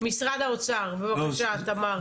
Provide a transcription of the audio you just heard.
משרד האוצר, בבקשה תמר.